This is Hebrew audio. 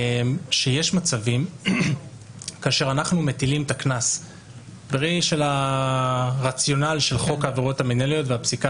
אנחנו מטילים את הקנס לפי הרציונל של חוק העבירות המינהליות ולפי הפסיקה